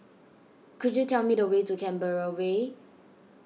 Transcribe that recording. could you tell me the way to Canberra Way